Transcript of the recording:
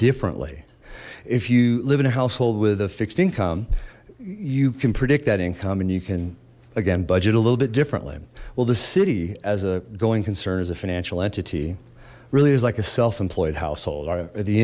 differently if you live in a household with a fixed income you can predict that income and you can again budget a little bit differently well the city as a going concern as a financial entity really is like a self employed household